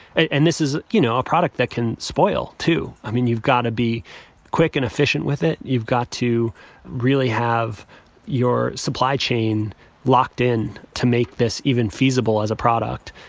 and this is, you know, a product that can spoil, too. i mean, you've got to be quick and efficient with it. you've got to really have your supply chain locked in to make this even feasible as a product.